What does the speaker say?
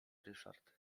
ryszard